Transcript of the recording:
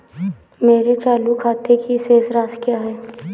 मेरे चालू खाते की शेष राशि क्या है?